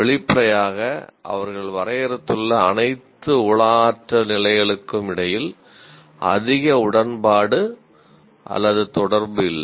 வெளிப்படையாக அவர்கள் வரையறுத்துள்ள அனைத்து உள ஆற்றல் நிலைகளுக்கும் இடையில் அதிக உடன்பாடு அல்லது தொடர்பு இல்லை